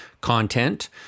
content